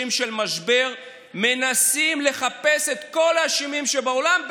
של המשבר מנסים לחפש את כל האשמים שבעולם,